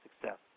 success